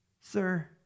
Sir